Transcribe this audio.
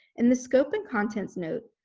in the scope and contents note,